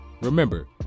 remember